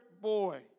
boy